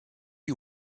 you